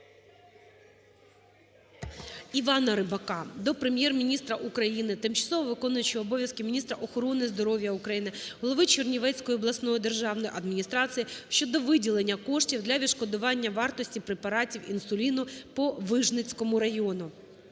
Івана Рибака до Прем'єр-міністра України, тимчасово виконуючої обов'язки міністра охорони здоров'я України, голови Чернівецької обласної державної адміністрації щодо виділення коштів для відшкодування вартості препаратів інсуліну поВижницькому району.